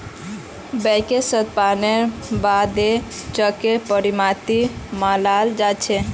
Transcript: बैंकेर सत्यापनेर बा द चेक प्रमाणित मानाल जा छेक